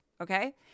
okay